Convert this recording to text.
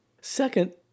Second